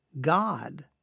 God